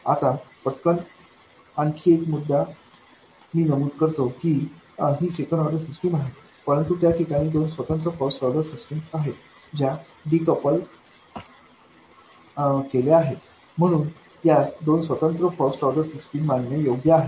आता पटकन आणखी एक मुद्दा मी नमूद करतो की ही सेकंड ऑर्डर सिस्टम आहे परंतु त्याठिकाणी दोन स्वतंत्र फर्स्ट ऑर्डर सिस्टम आहेत ज्या डीकपल केल्या आहेत म्हणून यास दोन स्वतंत्र फर्स्ट ऑर्डर सिस्टम मानणे योग्य आहे